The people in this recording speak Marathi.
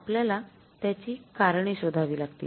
आपल्याला त्याची करणे शोधावी लागतील